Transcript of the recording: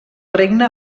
regne